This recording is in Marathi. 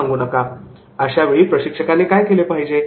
' अशावेळी प्रशिक्षकाने काय केले पाहिजे